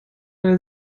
eine